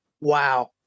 wow